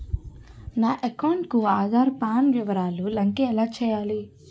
నా అకౌంట్ కు ఆధార్, పాన్ వివరాలు లంకె ఎలా చేయాలి?